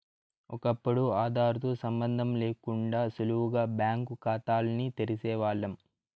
ఒకప్పుడు ఆదార్ తో సంబందం లేకుండా సులువుగా బ్యాంకు కాతాల్ని తెరిసేవాల్లం